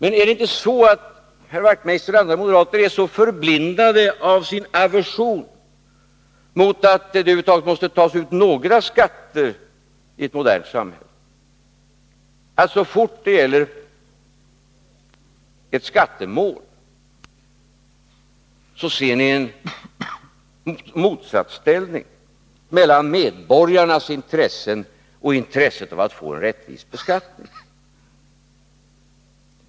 Är det inte så att herr Wachtmeister och andra moderater är så förblindade av sin aversion mot att det över huvud taget måste tas ut några skatter i ett modernt samhälle att de så fort det gäller ett skattemål ser en motsättning mellan medborgarnas intressen och intresset av att få till stånd en rättvis beskattning?